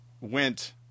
went